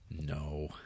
No